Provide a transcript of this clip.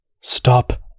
stop